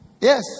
yes